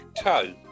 toe